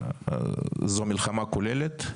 זו מלחמה כוללת,